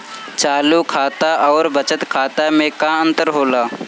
चालू खाता अउर बचत खाता मे का अंतर होला?